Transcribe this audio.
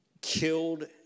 killed